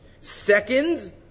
Second